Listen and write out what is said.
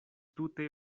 tute